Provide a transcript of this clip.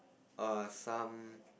err some